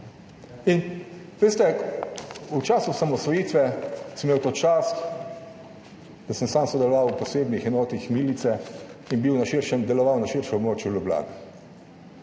v času osamosvojitve sem imel to čast, da sem sam sodeloval v posebnih enotah milice in deloval na širšem območju Ljubljane.